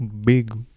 Big